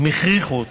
אם הכריחו אותם,